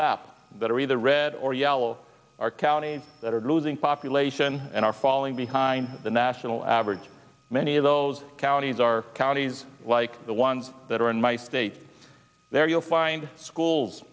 are either red or yellow are counties that are losing population and are falling behind the national average many of those counties are counties like the ones that are in my state there you'll find schools